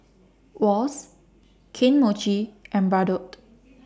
Wall's Kane Mochi and Bardot